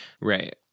Right